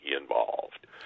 involved